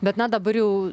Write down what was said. bet na dabar jau